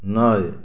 न आहे